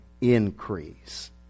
increase